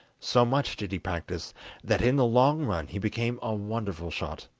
so much did he practice that in the long run he became a wonderful shot,